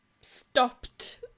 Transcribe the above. stopped